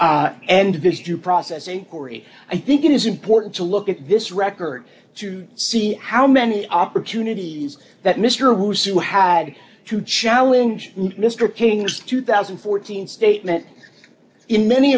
and has due process inquiry i think it is important to look at this record to see how many opportunities that mr who's who had to challenge mr king's two thousand and fourteen statement in many